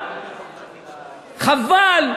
חבל,